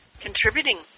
contributing